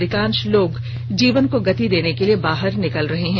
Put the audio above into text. अधिकांश लोग जीवन को गति देने के लिए बाहर निकल रहे हैं